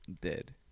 Dead